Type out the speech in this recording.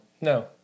no